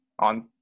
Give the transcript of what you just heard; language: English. on